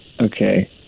Okay